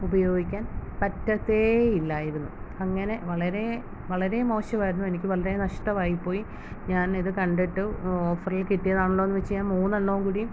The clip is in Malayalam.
ഉപയോഗിക്കാൻ പറ്റത്തേയില്ലായിരുന്നു അങ്ങനെ വളരെ വളരെ മോശമായിരുന്നു എനിക്ക് വളരെ നഷ്ടമായിപ്പോയി ഞാനിത് കണ്ടിട്ട് ഓഫറിൽ കിട്ടിയതാണല്ലോ എന്നുവെച്ച് ഞാൻ മൂന്നെണ്ണവും കൂടിയും